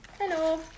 Hello